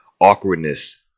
awkwardness